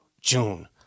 June